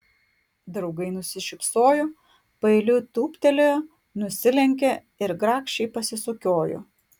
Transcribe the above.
draugai nusišypsojo paeiliui tūptelėjo nusilenkė ir grakščiai pasisukiojo